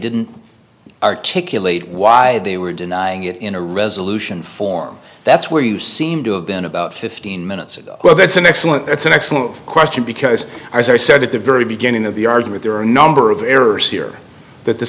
didn't articulate why they were denying it in a resolution form that's where you seem to have been about fifteen minutes ago well that's an excellent that's an excellent question because as i said at the very beginning of the argument there are a number of errors here that the